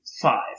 five